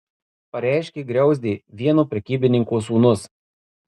pareiškė griauzdė vieno prekybininko sūnus